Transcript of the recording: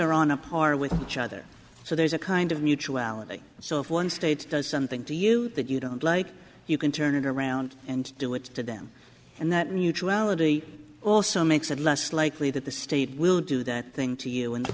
on a par with each other so there's a kind of mutuality so if one state does something to you that you don't like you can turn it around and do it to them and that mutuality also makes it less likely that the state will do that thing to you in the